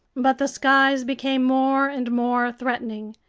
but the skies became more and more threatening.